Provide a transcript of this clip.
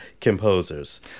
composers